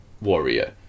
Warrior